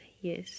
yes